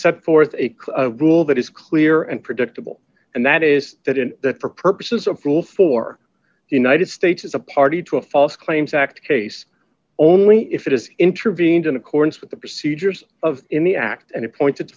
set forth a rule that is clear and predictable and that is that in that for purposes of fuel for the united states is a party to a false claims act case only if it has intervened in accordance with the procedures of in the act and appointed